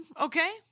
okay